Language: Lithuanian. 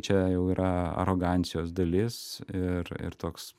čia jau yra arogancijos dalis ir ir toks